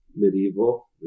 Medieval